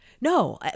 no